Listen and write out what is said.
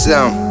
Sound